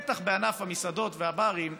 בטח בענף המסעדות והברים,